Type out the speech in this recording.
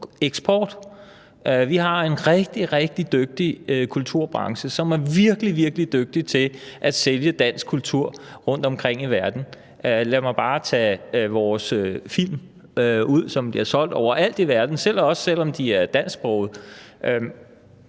Vi har en rigtig, rigtig dygtig kulturbranche, som er virkelig, virkelig dygtig til at sælge dansk kultur rundtomkring i verden. Lad mig bare nævne vores film, som bliver solgt overalt i verden, også selv om de er dansksprogede.